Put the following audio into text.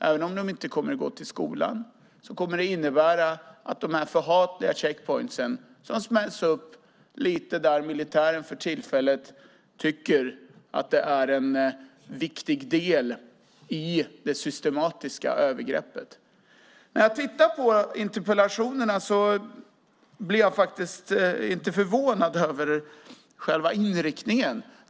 Även om de inte kommer att gå till skolan är dessa förhatliga checkpoints, som smälls upp där militären för tillfället tycker att det är lämpligt, en viktig del i det systematiska övergreppet. När jag tittar på interpellationerna blir jag inte förvånad över själva inriktningen.